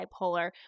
bipolar